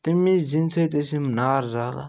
تَمےَ زِنہِ سۭتۍ ٲسۍ یِم نار زالان